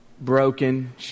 Broken